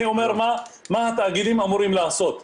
אני אומר מה התאגידים אמורים לעשות.